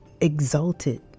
exalted